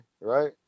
right